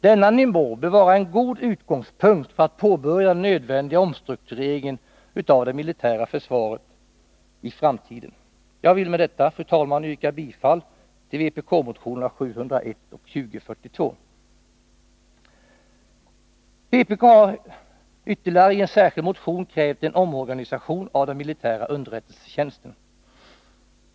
Denna nivå bör vara en god utgångspunkt för att påbörja den nödvändiga omstruktureringen av det militära försvaret i framtiden. Jag vill med detta, fru talman, yrka bifall till vpk-motionerna 701 och 2042. Vpk har vidare i en särskild motion krävt en omorganisation av den militära underrättelsetjänsten.